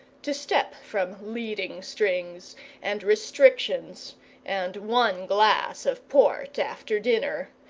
to step from leading-strings and restrictions and one glass of port after dinner,